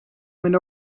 wind